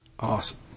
Awesome